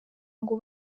ngo